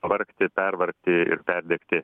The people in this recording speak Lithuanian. vargti pervargti ir perdirbti